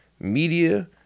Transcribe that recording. media